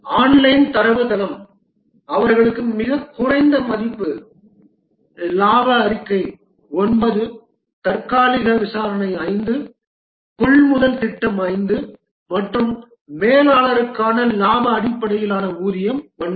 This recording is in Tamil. ஆன்லைன் தரவுத்தளம் அவர்களுக்கு மிகக் குறைந்த மதிப்பு இலாப அறிக்கை 9 தற்காலிக விசாரணை 5 கொள்முதல் திட்டம் 5 மற்றும் மேலாளருக்கான இலாப அடிப்படையிலான ஊதியம் 9